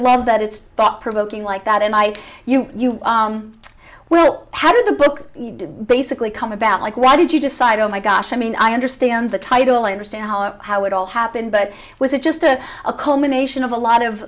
love that it's thought provoking like that and i you you well how did the book basically come about like rabid you decide oh my gosh i mean i understand the title i understand how it all happened but was it just a a culmination of a lot of